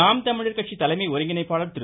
நாம் தமிழர் கட்சி தலைமை ஒருங்கிணைப்பாளர் திரு